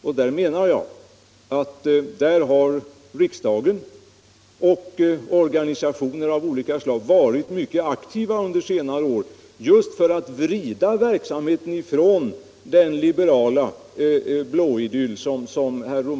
Enligt min mening har riksdagen och organisationer av olika slag varit mycket aktiva under senare år just när det gäller att komma bort från den liberala blå idyll som herr Romanus skildrar.